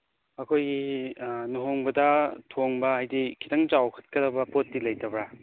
ꯑꯩꯈꯣꯏꯒꯤ ꯂꯨꯍꯣꯡꯕꯗ ꯊꯣꯡꯕ ꯍꯥꯏꯗꯤ ꯈꯤꯇꯪ ꯆꯥꯎꯕꯈꯠꯀꯗꯕ ꯄꯣꯠꯇꯤ ꯂꯩꯇꯕ꯭ꯔꯥ